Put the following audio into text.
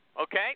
Okay